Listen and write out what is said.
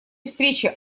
встрече